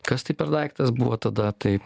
kas tai per daiktas buvo tada tai